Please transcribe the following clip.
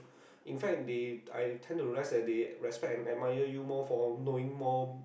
in fact they I tend to rest at they respect and admire you more for knowing more